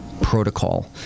protocol